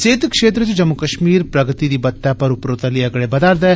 सेहत क्षेत्र च जम्मू कश्मीर प्रगति दी बत्तै पर उपरोतली अगड़े बधै करदा ऐ